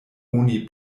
oni